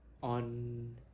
on